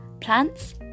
plants